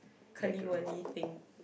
curly wurly thing